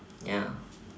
ya